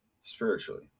spiritually